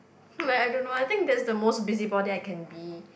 like I don't know I think that's the most busybody I can be